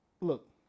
look